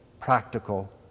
practical